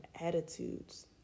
attitudes